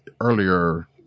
earlier